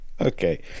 okay